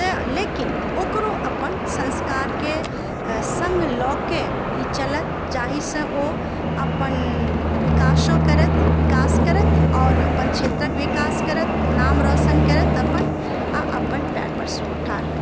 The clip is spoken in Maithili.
तैं लेकिन ओकरो अपन संस्कार के संग लऽ के ई चलैथ जाहि सऽ ओ अपन विकासो करैथ विकास करैथ आओर अपन क्षेत्रक विकास करैथ नाम रौशन करैथ अपन आ अपन पएर पर सेहो ठाड़ होथि